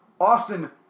Austin